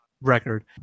record